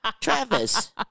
Travis